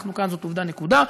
אנחנו כאן, זאת עובדה, נקודה.